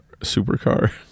supercar